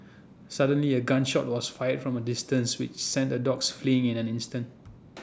suddenly A gun shot was fired from A distance which sent the dogs fleeing in an instant